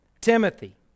Timothy